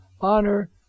honor